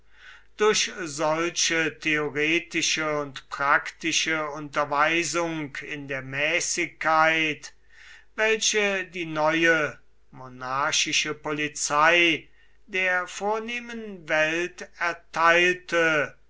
durch solche theoretische und praktische unterweisung in der mäßigkeit welche die neue monarchische polizei der vornehmen welt erteilte